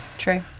True